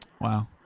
Wow